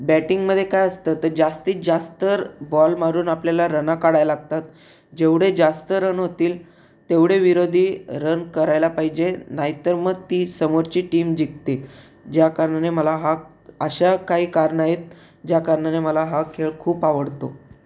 बॅटिंगमध्ये काय असतं तर जास्तीत जास्तर बॉल मारून आपल्याला रना काढायला लागतात जेवढे जास्त रन होतील तेवढे विरोधी रन करायला पाहिजे नाही तर मग ती समोरची टीम जिंकते ज्या कारणाने मला हा अशा काही कारन आहेत ज्या कारणाने मला हा खेळ खूप आवडतो